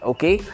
Okay